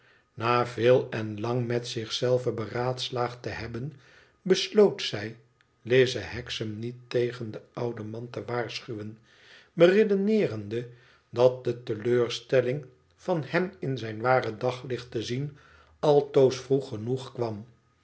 na veel en lang met zich zelve beraadslaagd te hebben besloot zij lize hexam niet tegen den ouden man te waarschuwen beredeneerende dat de teleurstelling van hem in zijn ware daglicht te zien altoos vroeg genoeg kwam